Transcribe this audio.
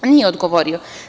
Nije odgovorio.